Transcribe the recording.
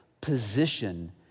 position